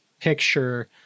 picture